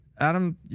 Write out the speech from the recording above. Adam